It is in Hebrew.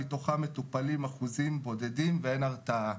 מתוכם מטופלים אחוזים בודדים ואין הרתעה.